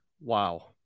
wow